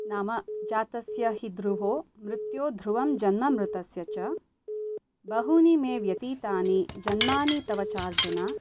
नाम जातस्य हि ध्रुवो मृत्युः ध्रुवं जन्म मृतस्य च बहूनि मे व्यतीतानि जन्मानि तव चार्जुन